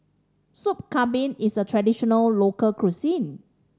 Sup Kambing is a traditional local cuisine